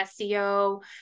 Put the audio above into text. SEO